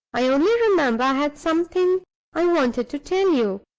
i only remember i had something i wanted to tell you.